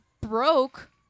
broke